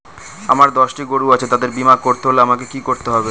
আমার দশটি গরু আছে তাদের বীমা করতে হলে আমাকে কি করতে হবে?